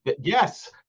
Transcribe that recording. yes